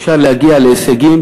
אפשר להגיע להישגים.